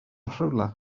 rhywle